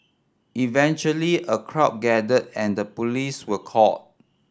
eventually a crowd gathered and police were called